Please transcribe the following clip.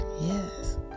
Yes